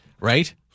right